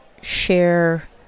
share